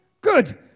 Good